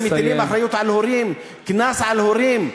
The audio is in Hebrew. אתם מטילים אחריות על הורים, קנס על הורים.